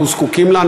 אנחנו זקוקים לה,